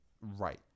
Right